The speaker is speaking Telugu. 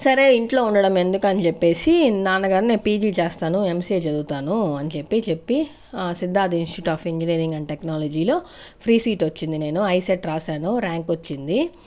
సరే ఇంట్లో ఉండటం ఎందుకని చెప్పేసి నాన్న గారు నేను పీజీ చేస్తాను ఎమ్సీఏ చదువుతాను అని చెప్పి చెప్పి Siddharth institute of engineering and టెక్నాలజీలో ఫ్రీ సీట్ వచ్చింది నేను ఐసెట్ రాశాను ర్యాంక్ వచ్చింది